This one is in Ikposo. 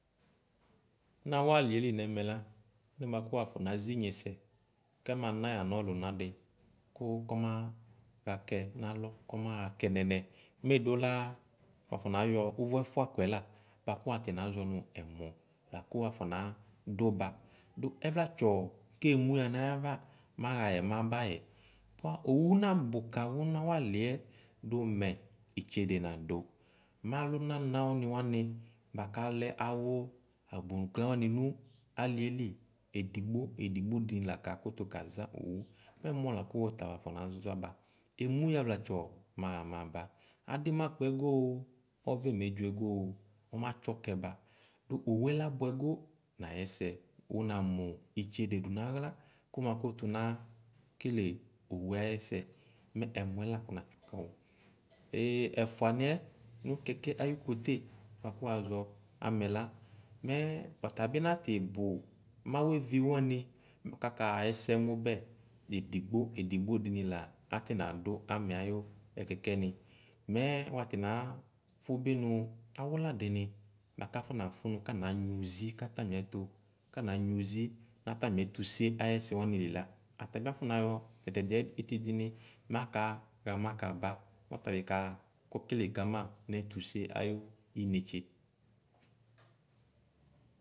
Nawʋ alieli nɛmɛ la anɛ bʋakʋ wafɔ nazinye sɛ kɛmana yanʋ ɔlʋnadi kʋ kɔmaxa kɛ nalɔ kɔmaxa kɛ nɛnɛ mɛ edelo wafɔnayɔ ʋvʋ ɛfʋa kʋɛla bʋako watsi nazɔnʋ ɛmɔ lakʋ wafɔna dʋ ba ɛvla tsɔ kemʋ yanava maxayɛ mabayɛ bʋa owʋ nabʋ kawʋ nawaliɛ dʋmɛ itsede nadʋ malonana niwani bʋakʋ alɛ awo agbo nʋgla wani nʋ alieli edigbo edigbo diui lakʋtʋ kaza owʋ mɛ ɛmɔ lakʋ wʋta wafɔ nazaba emuya ɛvlatsɔ maxa maba adi mabakpɔɛ goo nayɛsɛ wʋnamʋ itsede dʋ naɣla kʋmakʋtʋ nakele owʋ ayɛsɛ mɛ ɛmɔɛ lakʋ natsɔ ɛfʋaniɛ no kɛkɛ ayʋ kote bʋakʋ wazɔ amɛ la mɛ ɔtabi nati bʋu maweir wani kakaxa ɛsɛmʋbɛ edigbo edigbo ami la atinadʋ amɛ ayʋ kʋkɛni mɛ watinafʋ bi nʋ awʋ la dini bʋakʋ afɔ nafʋ nʋ kananyʋɛ ʋzi katamiɛtu kananyʋɛ uzi katami etʋse ayɛsɛ wani li la atabi afɔ nayɔ tɛtɛdiɛ itidini makaxa makaba mɔtabi kɔkele Kama nɛtʋse ayʋ instar.